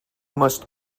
must